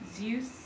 Zeus